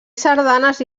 sardanes